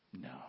No